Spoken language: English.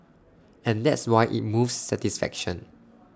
and that's why IT moves satisfaction